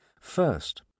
first